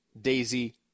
daisy